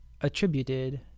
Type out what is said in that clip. attributed